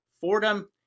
Fordham